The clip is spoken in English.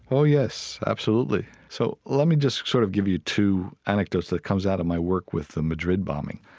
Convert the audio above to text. oh, yes, absolutely. so let me just sort of give you two anecdotes that comes out of my work with the madrid bombing.